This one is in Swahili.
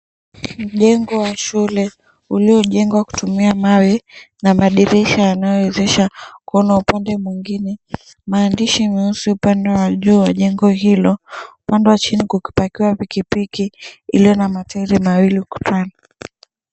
Mjengo wa shule lililojengwa kutumia mawe na madirisha yanayowezesha kuona upande mwengine. Maandishi meusi upande wa juu wa jengo hilo upande wa chini kukipakiwa pikipiki iliyo na matairi mawili ukutani.